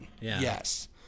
Yes